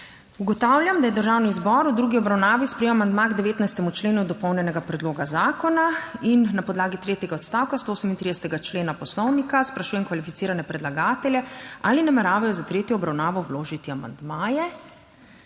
Ugotavljam, da je Državni zbor v drugi obravnavi sprejel amandma k 19. členu dopolnjenega predloga zakona. Na podlagi tretjega odstavka 138. člena Poslovnika sprašujem kvalificirane predlagatelje ali nameravajo za tretjo obravnavo vložiti amandmaje?